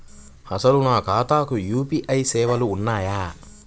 అసలు నా ఖాతాకు యూ.పీ.ఐ సేవలు ఉన్నాయా?